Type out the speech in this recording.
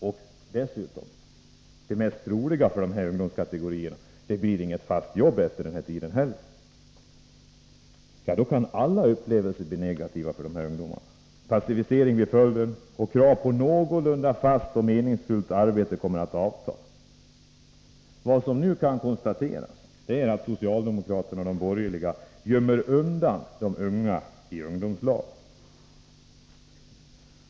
Och dessutom: Det mest troliga är att det för denna ungdomskategori inte blir något fast jobb efter den här tiden. Då kan alla upplevelser bli negativa för dessa ungdomar. Passivisering blir följden, och kraven på att få någorlunda fasta och meningsfulla arbeten kommer att avta. Vad som nu kan konstateras är att socialdemokraterna och de borgerliga gömmer undan de unga i ungdomslag.